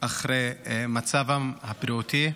אחרי מצבם הבריאותי.